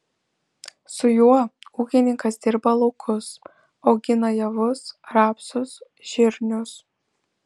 su juo ūkininkas dirba laukus augina javus rapsus žirnius